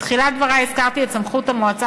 בתחילת דברי הזכרתי את סמכות המועצה,